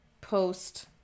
post-